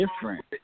different